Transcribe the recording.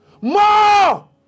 more